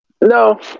No